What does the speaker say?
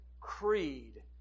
creed